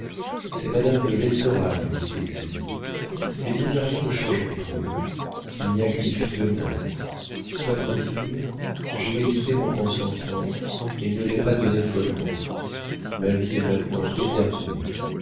c'est madame de l'estorade qui t'écrit mais il n'y a rien de changé entre nous il n'y a qu'une fille de moins sois tranquille j'ai médité mon consentement et ne l'ai pas donné follement ma vie est maintenant déterminée